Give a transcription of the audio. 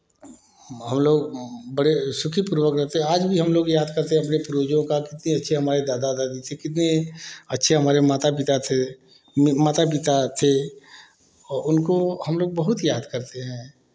हम लोग बड़े सुखीपूर्वक रहते थे आज भी हम लोग याद करते हैं अपने पूर्वजों का कितने अच्छे हमारे दादा दादी थे कितने अच्छे हमारे माता पिता थे माता पिता थे उनको हम लोग बहुत याद करते हैं